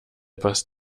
passt